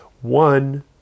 one